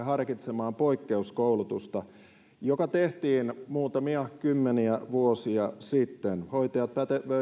harkitsemaan poikkeuskoulutusta joka tehtiin muutamia kymmeniä vuosia sitten hoitajat